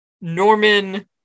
Norman